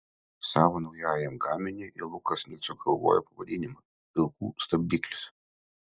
savo naujajam gaminiui lukas net sugalvojo pavadinimą vilkų stabdiklis